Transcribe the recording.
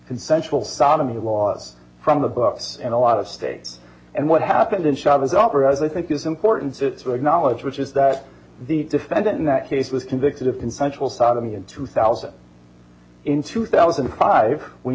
consensual sodomy laws from the books in a lot of states and what happened in chavez operas i think is important knowledge which is that the defendant in that case was convicted of consensual sodomy in two thousand in two thousand and five we